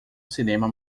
cinema